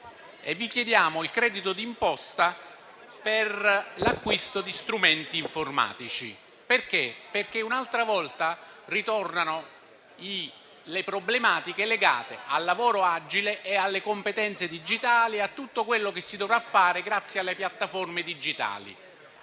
Vi chiediamo il credito d'imposta per l'acquisto di strumenti informatici, perché ancora una volta ritornano le problematiche legate al lavoro agile, alle competenze digitali e a tutto quello che si dovrà fare grazie alle piattaforme digitali.